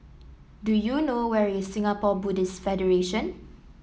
do you know where is Singapore Buddhist Federation